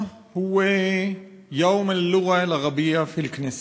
היום הוא יום לשפה הערבית בכנסת.